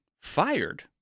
fired